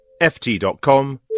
ft.com